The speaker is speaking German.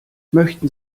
möchten